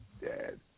dead